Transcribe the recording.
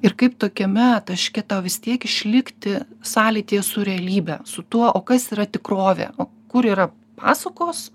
ir kaip tokiame taške tau vis tiek išlikti sąlytyje su realybe su tuo o kas yra tikrovė o kur yra pasakos